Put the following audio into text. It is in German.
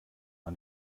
man